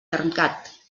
termcat